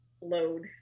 load